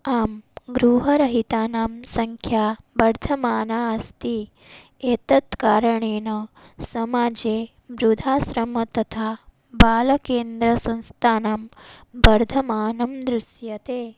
आं गृहरहितानां सङ्ख्या वर्धमाना अस्ति एतत् कारणेन समाजे वृद्धाश्रमः तथा बालकेन्द्रसंस्थानां वर्धमानं दृश्यते